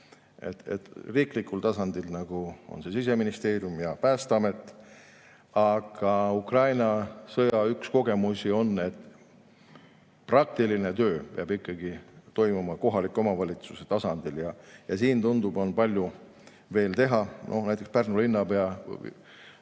Riiklikul tasandil on need nagu Siseministeerium ja Päästeamet. Aga Ukraina sõja üks kogemusi on, et praktiline töö peab ikkagi toimuma kohaliku omavalitsuse tasandil. Siin, tundub, on palju veel teha. Näiteks Pärnu linnapea,